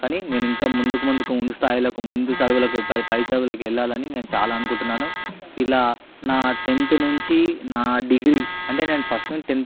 కానీ నేనింకా ముందుకు ముందుకు ముందు స్థాయిలకు ముందు చదువులకు పైచదువులకు వెళ్లాలని చాలా నేననుకుంటున్నాను ఇలా నా టెంత్ నుంచి నా డిగ్రీ అంటే నేను ఫస్టు నుంచి టెంత్